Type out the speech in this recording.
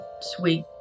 sweet